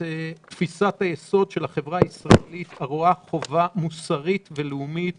תפיסת היסוד של החברה הישראלית הרואה חובה מוסרית ולאומית